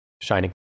Shining